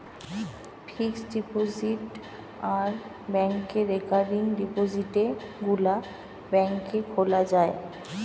fixed deposit আর ব্যাংকে recurring ডিপোজিটে গুলা ব্যাংকে খোলা যায়